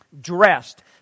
dressed